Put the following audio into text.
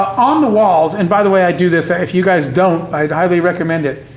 on the walls and by the way i do this. if you guys don't, i'd highly recommend it.